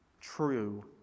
true